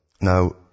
now